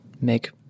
make –